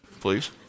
please